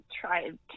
tried